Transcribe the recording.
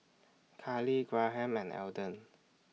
Karly Graham and Elden